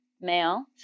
male